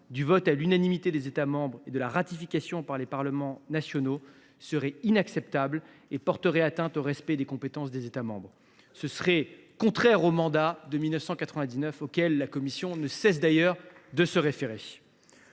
du vote à l’unanimité des États membres et de la ratification par les parlements nationaux, serait inacceptable et porterait atteinte au respect des compétences des États membres. Ce serait contraire au mandat de 1999, auquel la Commission ne cesse d’ailleurs de se référer.